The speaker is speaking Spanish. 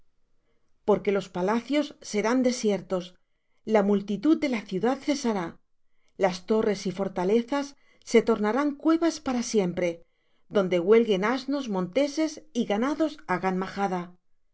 porque los palacios serán desiertos la multitud de la ciudad cesará las torres y fortalezas se tornarán cuevas para siempre donde huelguen asnos monteses y ganados hagan majada